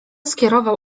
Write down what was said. skierował